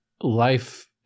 life